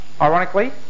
ironically